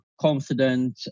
confident